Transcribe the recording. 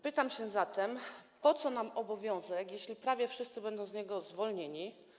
Pytam zatem, po co nam obowiązek, jeśli prawie wszyscy będą z niego zwolnieni.